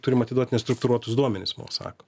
turim atiduot nestruktūruotus duomenis mums sako